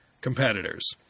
competitors